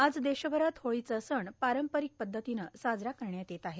आज देशभरात होळीचा सण पारंपारिक पद्धतीनं साजरा करण्यात येत आहे